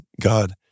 God